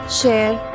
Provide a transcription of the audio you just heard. share